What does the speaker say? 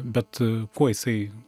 bet kuo jisai